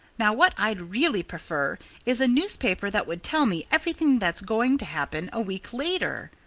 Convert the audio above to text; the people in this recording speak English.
now, what i'd really prefer is a newspaper that would tell me everything that's going to happen a week later.